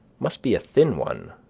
must be a thin one,